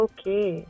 Okay